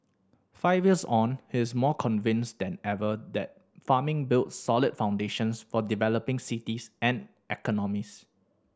five years on he is more convinced than ever that farming builds solid foundations for developing cities and economies